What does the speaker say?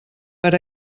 per